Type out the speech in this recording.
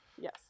yes